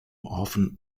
often